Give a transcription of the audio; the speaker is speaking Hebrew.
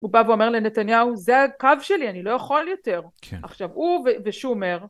הוא בא ואומר לנתניהו, זה הקו שלי, אני לא יכול יותר. כן. עכשיו, הוא ושומר...